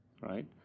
right